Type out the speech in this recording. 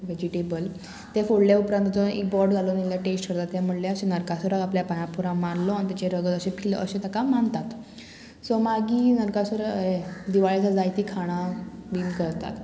vegetable तें फोडल्या उपरांत तेतून एक बोट घालून इल्ल्यार टेस्ट करता तें म्हणल्यार अशें नरकासुराक आपल्या पांयां पोना मारलो आनी तेचे रगत अशें किल्लो अशें ताका मानतात सो मागीर नरकासुराक हे दिवाळे सा जायतीं खाणां बीन करतात